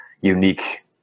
unique